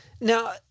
Now